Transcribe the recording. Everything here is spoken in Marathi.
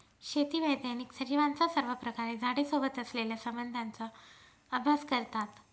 शेती वैज्ञानिक सजीवांचा सर्वप्रकारे झाडे सोबत असलेल्या संबंधाचा अभ्यास करतात